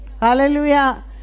hallelujah